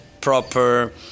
proper